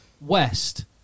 West